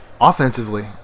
Offensively